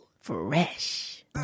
fresh